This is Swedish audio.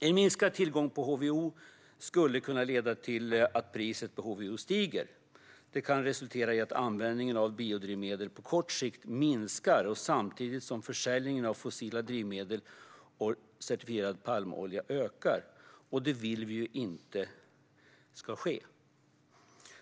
En minskad tillgång på HVO skulle kunna leda till att priset på HVO stiger. Det kan resultera i att användningen av biodrivmedel på kort sikt minskar samtidigt som försäljningen av fossila drivmedel och certifierad palmolja ökar. Det vill vi ju inte ska ske.